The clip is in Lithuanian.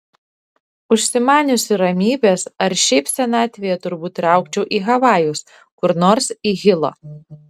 užsimaniusi ramybės ar šiaip senatvėje turbūt traukčiau į havajus kur nors į hilo